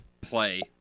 play